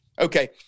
Okay